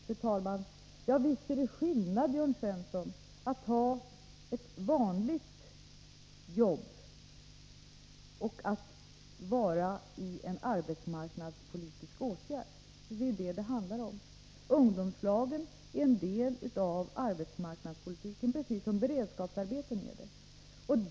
Fru talman! Visst är det skillnad, Jörn Svensson, mellan att ha ett vanligt jobb och att vara föremål för arbetsmarknadspolitiska åtgärder. Det är det som saken handlar om. Ungdomslagen är en del av arbetsmarknadspolitiken, precis som beredskapsarbeten är det.